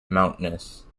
mountainous